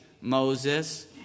Moses